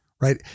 right